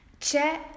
c'è